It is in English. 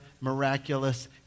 miraculous